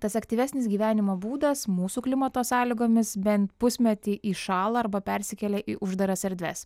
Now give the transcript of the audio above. tas aktyvesnis gyvenimo būdas mūsų klimato sąlygomis bent pusmetį įšąla arba persikelia į uždaras erdves